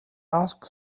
ask